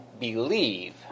believe